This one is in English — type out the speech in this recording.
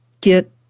get